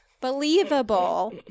believable